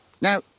Now